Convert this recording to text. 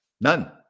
none